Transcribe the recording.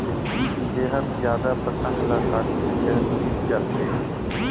जेहर जादा पतंग ल काटथे तेहर जीत जाथे